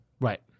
Right